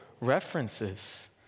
references